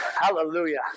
Hallelujah